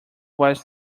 was